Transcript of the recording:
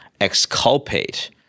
exculpate